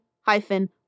hyphen